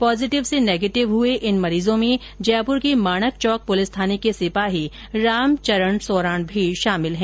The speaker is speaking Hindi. पॉजीटिव से नेगेटिव हुए इन मरीजों में जयपुर के माणक चौक पुलिस थाने के सिपाही रामचरण सोराण भी शामिल है